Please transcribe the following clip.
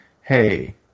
hey